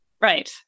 Right